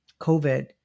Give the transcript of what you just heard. COVID